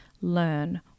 learn